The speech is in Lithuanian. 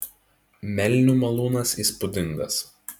melnių malūnas įspūdingas